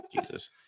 Jesus